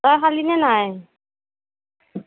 তই খালিনে নাই